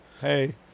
hey